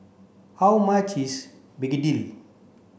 how much is Begedil